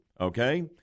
okay